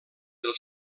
del